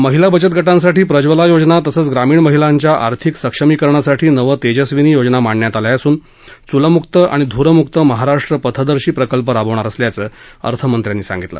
महिला बचत गटांसाठी प्रज्वला योजना तसंच ग्रामीण महिलांच्या आर्थिक सक्षमीकरणासाठी नवतेजस्विनी योजना माडण्यात आल्या असून चूलमुक्त आणि धूरमुक्त महाराष्ट्र पथदर्शी प्रकल्प राबवणार असल्याचं अर्थमंत्र्यांनी सांगितलं